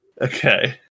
Okay